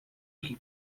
que